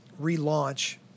relaunch